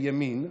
הימין,